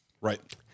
right